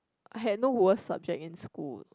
I had no worst subject in school